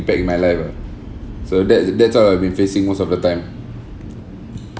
impact in my life ah so that's that's what I've been facing most of the time